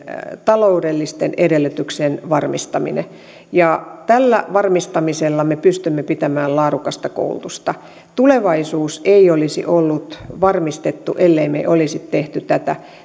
taloudellisten edellytyksien varmistaminen ja tällä varmistamisella me pystymme pitämään yllä laadukasta koulutusta tulevaisuus ei olisi ollut varmistettu ellemme me olisi tehneet tätä